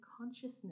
consciousness